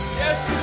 Yes